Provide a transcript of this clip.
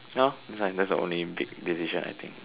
now that's the only big decision I think